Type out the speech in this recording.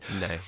No